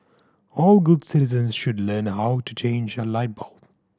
all good citizens should learn how to change a light bulb